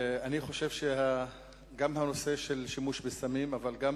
ואני חושב שגם הנושא של שימוש בסמים אבל גם